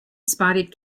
spotted